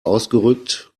ausgerückt